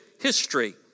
history